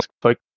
Volk